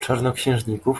czarnoksiężników